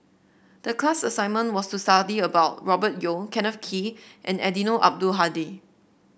the class assignment was to study about Robert Yeo Kenneth Kee and Eddino Abdul Hadi